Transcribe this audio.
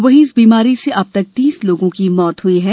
वहीं इस बीमारी से अब तक तीस लोगों की मौत हुई है